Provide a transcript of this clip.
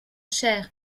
chers